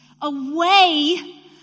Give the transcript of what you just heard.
Away